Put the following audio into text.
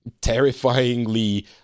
terrifyingly